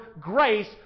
grace